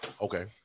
Okay